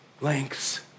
lengths